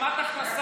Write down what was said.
השלמת הכנסה,